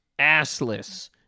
Assless